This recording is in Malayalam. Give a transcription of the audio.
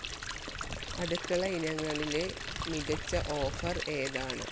അടുക്കള ഇനങ്ങളിലെ മികച്ച ഓഫർ ഏതാണ്